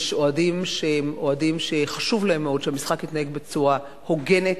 יש אוהדים שחשוב להם מאוד שהמשחק יתנהל בצורה הוגנת,